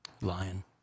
Lion